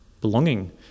belonging